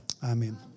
Amen